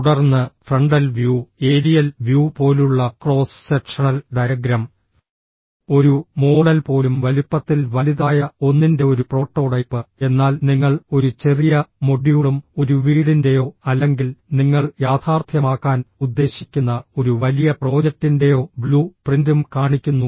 തുടർന്ന് frontal view aerial view പോലുള്ള cross sectional diagram ഒരു മോഡൽ പോലും വലുപ്പത്തിൽ വലുതായ ഒന്നിന്റെ ഒരു പ്രോട്ടോടൈപ്പ് എന്നാൽ നിങ്ങൾ ഒരു ചെറിയ മൊഡ്യൂളും ഒരു വീടിന്റെയോ അല്ലെങ്കിൽ നിങ്ങൾ യാഥാർത്ഥ്യമാക്കാൻ ഉദ്ദേശിക്കുന്ന ഒരു വലിയ പ്രോജക്റ്റിന്റെയോ ബ്ലൂ പ്രിന്റും കാണിക്കുന്നു